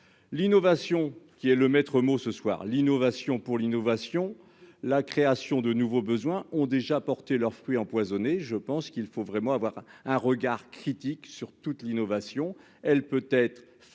l'innovation, qui est le maître mot, ce soir, l'innovation pour l'innovation, la création de nouveaux besoins ont déjà porté leurs fruits empoisonnés, je pense qu'il faut vraiment avoir un regard critique sur toute l'innovation, elle peut être facteur